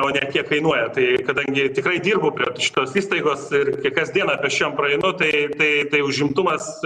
o ne kiek kainuoja tai kadangi tikrai dirbu prie šitos įstaigos ir kasdiena pėsčiom praeinu tai tai tai užimtumas